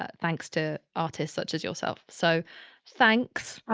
ah thanks to artists such as yourself. so thanks.